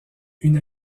une